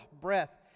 breath